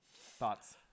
thoughts